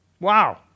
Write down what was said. Wow